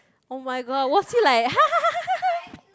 oh-my-god was he like